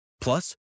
Plus